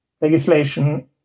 legislation